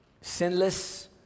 sinless